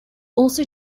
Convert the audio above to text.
also